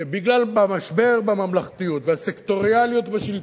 שבגלל המשבר בממלכתיות והסקטוריאליות בשלטון,